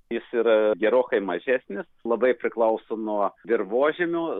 jis yra gerokai mažesnis labai priklauso nuo dirvožemio